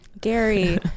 Gary